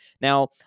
Now